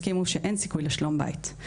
הסכימו שאין סיכוי לשלום בית.